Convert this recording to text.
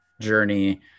journey